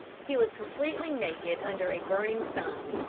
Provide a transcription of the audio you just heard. he was completely naked under a burning sun.